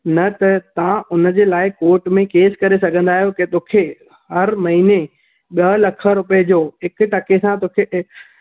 न त तव्हां हुनजे लाइ कोर्ट में केस करे सघंदा अहियो के तोखे हर महिने ॿ लख रुपये जो हिक टके सां तोखे